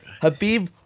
Habib